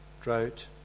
drought